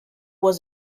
was